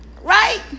Right